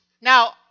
Now